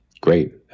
great